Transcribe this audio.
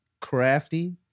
Crafty